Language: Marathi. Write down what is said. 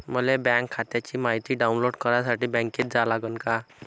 मले बँक खात्याची मायती डाऊनलोड करासाठी बँकेत जा लागन का?